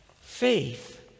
Faith